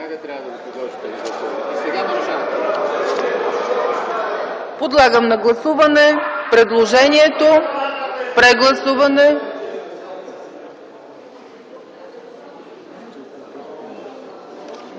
Подлагам на гласуване предложението за прегласуване.